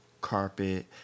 carpet